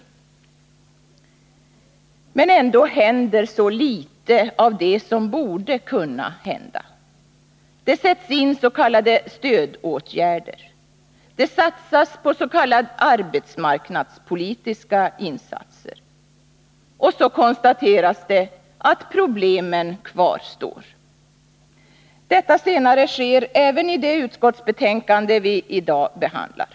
Ändå händer så litet av det som borde kunna hända. Det sätts in s.k. stödåtgärder. Det görs s.k. arbetsmarknadspolitiska insatser. Och så konstateras det att problemen kvarstår. Detta senare sker även i det utskottsbetänkande vi i dag behandlar.